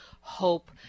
hope